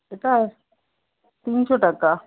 এটা তিনশো টাকা